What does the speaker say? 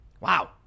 Wow